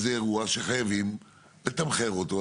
זה אירוע שחייבים לתמחר אותו,